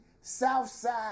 Southside